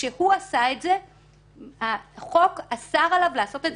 כשהוא עשה את זה כשהחוק אסר עליו לעשות את זה,